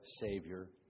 Savior